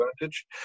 advantage